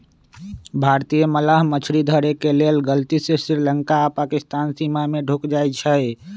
भारतीय मलाह मछरी धरे के लेल गलती से श्रीलंका आऽ पाकिस्तानके सीमा में ढुक जाइ छइ